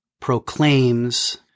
proclaims